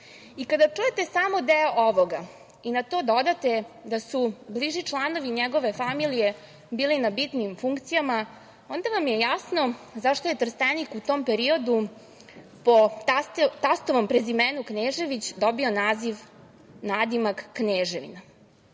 čujete samo deo ovoga i na to dodate da su bliži članovi njegove familije bili na bitnim funkcijama, onda vam je jasno zašto je Trstenik u tom periodu po tastovom prezimenu Knežević dobio naziv, nadimak kneževina. Sve